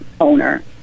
owner